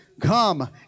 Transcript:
Come